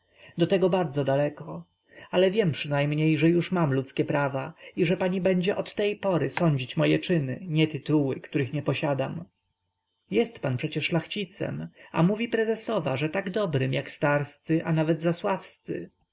do tego bardzo daleko ale wiem przynajmniej że już mam ludzkie prawa i że pani będzie od tej pory sądzić moje czyny nie tytuły których nie posiadam jest pan przecie szlachcicem a mówi prezesowa że tak dobrym jak starscy a nawet